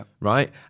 right